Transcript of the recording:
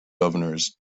governors